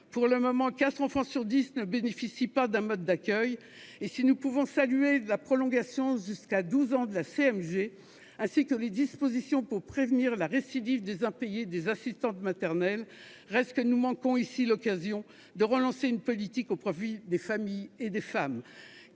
Pour le moment, quatre enfants sur dix ne bénéficient pas d'un mode d'accueil. Si nous pouvons saluer la prolongation jusqu'à 12 ans du complément de libre choix du mode de garde (CMG), ainsi que les dispositions pour prévenir la récidive des impayés des assistantes maternelles, il reste que nous manquons ici l'occasion de relancer une politique au profit des familles et des femmes.